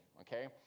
okay